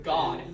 God